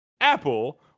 Apple